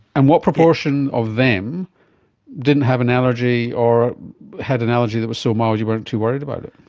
and what proportion of them didn't have an allergy or had an allergy that was so mild you weren't too worried about it?